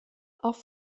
auch